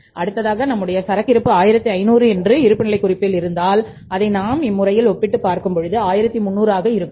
அடுத்ததாக நம்முடைய சரக்கிருப்பு 1500 என்று இருப்புநிலை குறிப்பில் இருந்தாள் அதை நாம் இம்முறையில் ஒப்பிட்டு பார்க்கும் பொழுது 1300 ஆக இருக்கும்